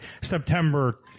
September